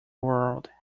world